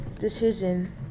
decision